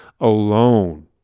alone